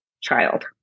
child